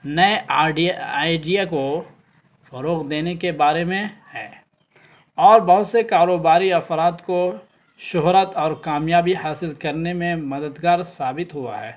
نئے آڈی آئیڈیا کو فروغ دینے کے بارے میں ہے اور بہت سے کاروباری افراد کو شہرت اور کامیابی حاصل کرنے میں مددگار ثابت ہوا ہے